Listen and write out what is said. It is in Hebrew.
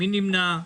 מי נמנע?